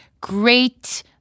great